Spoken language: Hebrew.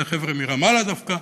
אלה היו חבר'ה מרמאללה דווקא,